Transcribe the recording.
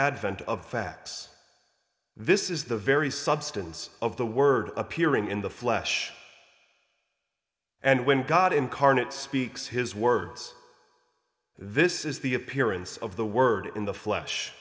advent of facts this is the very substance of the word appearing in the flesh and when god incarnate speaks his words this is the appearance of the word in the flesh